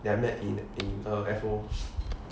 then I met in in a F_O